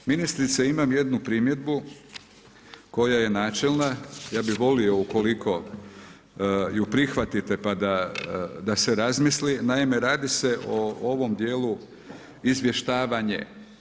Ministrice imam jednu primjedbu koja je načelna, ja bih volio ukoliko ju prihvatite da se razmisli, naime radi se o ovom dijelu izvještavanje.